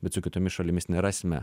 bet su kitomis šalimis nerasime